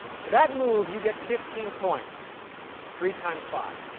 for that move, you get fifteen points three times five.